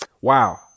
Wow